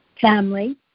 family